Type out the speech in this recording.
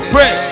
Pray